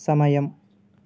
సమయం